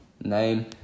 Name